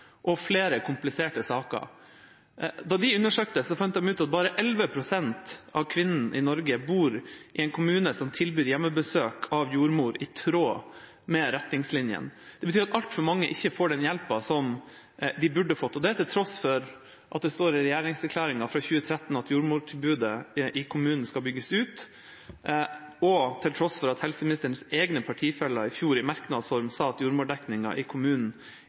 og flere kompliserte saker. De undersøkte og fant ut at bare 11 pst. av kvinnene i Norge bor i en kommune som tilbyr hjemmebesøk av jordmor, i tråd med retningslinjene. Det betyr at altfor mange ikke får den hjelpen som de burde fått, til tross for at det står i regjeringserklæringen fra 2013 at jordmortilbudet i kommunene skal bygges ut, og til tross for at helseministerens egne partifeller i merknads form i fjor sa at jordmordekningen i